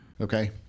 Okay